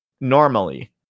normally